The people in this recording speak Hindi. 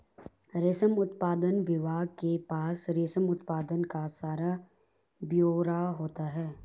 रेशम उत्पादन विभाग के पास रेशम उत्पादन का सारा ब्यौरा होता है